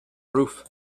roof